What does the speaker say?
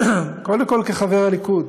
קודם כול כחבר הליכוד,